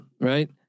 right